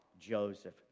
Joseph